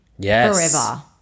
forever